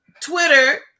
Twitter